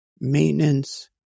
maintenance